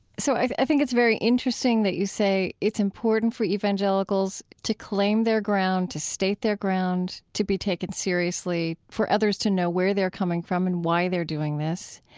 so i think it's very interesting that you say it's important for evangelicals to claim their ground, to state their ground, to be taken seriously, for others others to know where they're coming from and why they're doing this.